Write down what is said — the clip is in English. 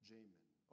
Jamin